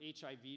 HIV